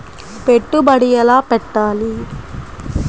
పెట్టుబడి ఎలా పెట్టాలి?